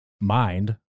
mind